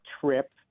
trip